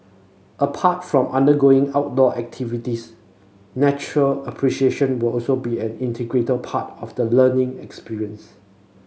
apart from undergoing outdoor activities nature appreciation will also be an integral part of the learning experience